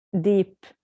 deep